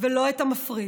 ולא את המפריד.